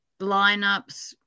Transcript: lineups